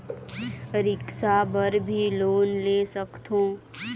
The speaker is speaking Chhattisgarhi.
सिक्छा बर भी लोन ले सकथों?